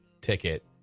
ticket